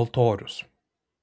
altorius